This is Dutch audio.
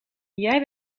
jij